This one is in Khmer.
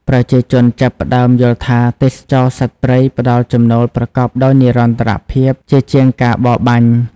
ប្រជាជនចាប់ផ្តើមយល់ថា ទេសចរណ៍សត្វព្រៃផ្តល់ចំណូលប្រកបដោយនិរន្តរភាពជាងការបរបាញ់។